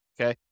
okay